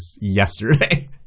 yesterday